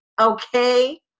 Okay